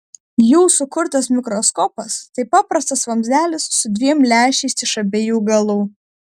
jų sukurtas mikroskopas tai paprastas vamzdelis su dviem lęšiais iš abiejų galų